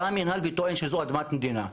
בא המנהל וטוען שזו אדמת מדינה,